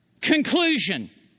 conclusion